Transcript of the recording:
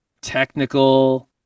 technical